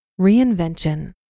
Reinvention